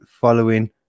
following